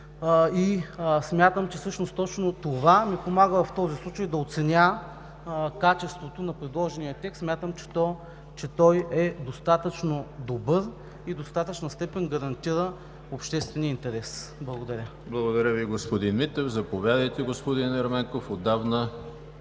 и смятам, че всъщност точно това ми помага в този случай да оценя качеството на предложения текст. Смятам, че той е достатъчно добър и в достатъчна степен гарантира обществения интерес. Благодаря. ПРЕДСЕДАТЕЛ ЕМИЛ ХРИСТОВ: Благодаря Ви, господин Митев. Заповядайте, господин Ерменков.